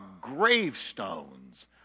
gravestones